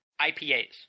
IPAs